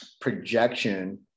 projection